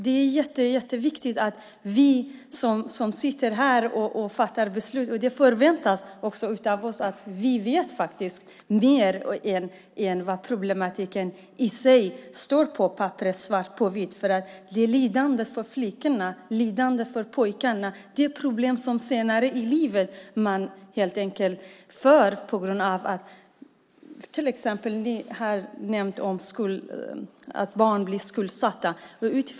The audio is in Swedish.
Det förväntas av oss som sitter här och fattar beslut att vi vet mer om problematiken än vad som står svart på vitt på papperet. Lidandet för flickorna och pojkarna är problem också senare i livet. Ni har nämnt att barn blir skuldsatta.